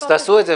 אז תעשו את זה.